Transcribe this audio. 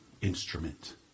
instrument